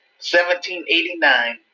1789